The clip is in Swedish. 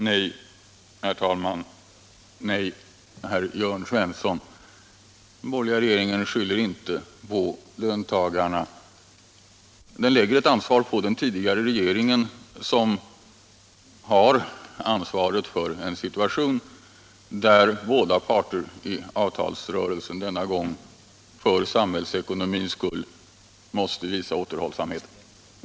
Herr talman! Nej, herr Jörn Svensson, den borgerliga regeringen skyller inte på löntagarna men lägger ett ansvar på den tidigare regeringen, som har åstadkommit en situation där båda parter i avtalsrörelsen denna gång för samhällsekonomins skull måste visa återhållsamhet.